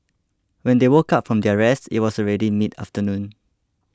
when they woke up from their rest it was already mid afternoon